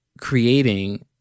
creating